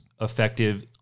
effective